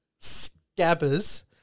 scabbers